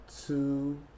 two